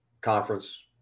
conference